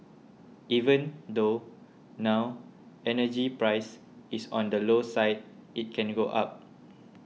even though now energy price is on the low side it can go up